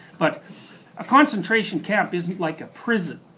but a concentration camp isn't like a prison.